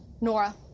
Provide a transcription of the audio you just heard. Nora